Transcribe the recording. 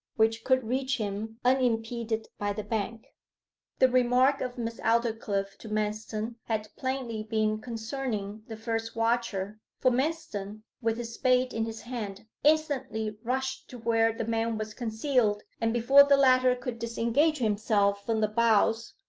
which could reach him unimpeded by the bank the remark of miss aldclyffe to manston had plainly been concerning the first watcher, for manston, with his spade in his hand, instantly rushed to where the man was concealed, and, before the latter could disengage himself from the boughs,